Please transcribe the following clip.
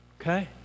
okay